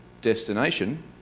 Destination